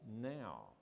now